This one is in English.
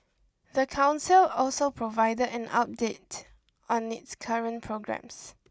the council also provided an update on its current programmes